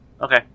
Okay